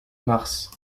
mars